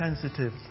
sensitive